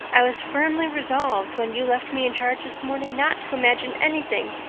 i was firmly resolved, when you left me in charge this morning, not to imagine anything,